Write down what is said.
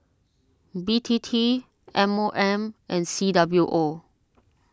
B T T M O M and C W O